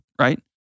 right